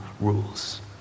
rules